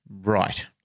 Right